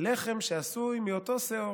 לחם שעשוי מאותו שאור,